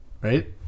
right